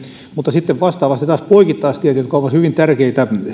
mutta sitten vastaavasti taas poikittaistiet jotka ovat hyvin tärkeitä